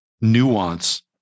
nuance